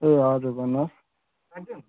ए हजुर भन्नुहोस्